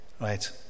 right